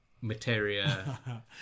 materia